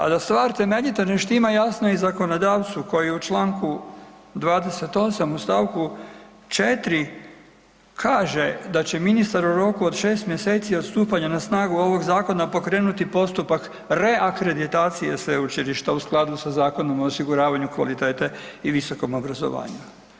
A da … [[Govornik se ne razumije]] ne štima jasno i zakonodavcu koji u čl. 28. u st. 4. kaže da će ministar u roku od 6. mjeseci od stupanja na snagu ovog zakona pokrenuti postupak reakreditacije sveučilišta u skladu sa Zakonom o osiguravanju kvalitete i visokom obrazovanju.